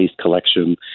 collection